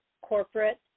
corporate